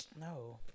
No